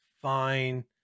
fine